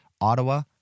ottawa